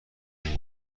اون